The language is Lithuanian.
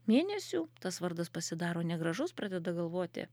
mėnesių tas vardas pasidaro negražus pradeda galvoti